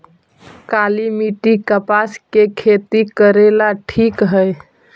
काली मिट्टी, कपास के खेती करेला ठिक हइ?